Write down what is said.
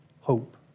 hope